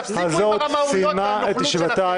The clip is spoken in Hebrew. תכבד את הוועדה בראשותך.